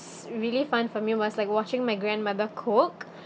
really fun for me was like watching my grandmother cook